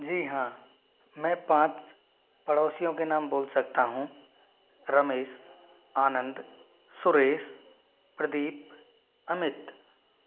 जी हाँ मैं पाँच पड़ोसियों के नाम बोल सकता हूँ रमेश आनंद सुरेश प्रदीप अमित